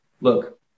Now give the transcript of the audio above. Look